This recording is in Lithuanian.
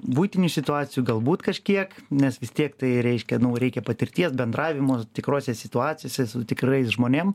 buitinių situacijų galbūt kažkiek nes vis tiek tai reiškia reikia patirties bendravimo tikrose situacijose su tikrais žmonėm